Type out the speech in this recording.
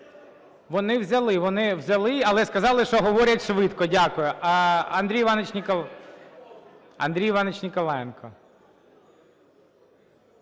вони взяли, але сказали, що говорять швидко. Дякую. Андрій Іванович Ніколаєнко,